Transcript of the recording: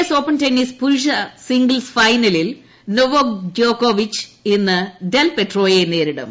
S open tennis പുരുഷ singles ഫൈനലിൽ Novak ജോകോവിച്ച് ഇന്ന് ദെൽ പെട്രോയെ നേരിടും